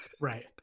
Right